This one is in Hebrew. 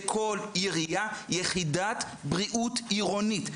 בכל עירייה יחידת בריאות עירונית.